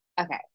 Okay